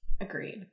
Agreed